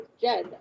Jen